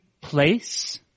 place